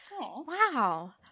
wow